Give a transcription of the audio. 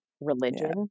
religion